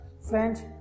friends